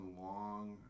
long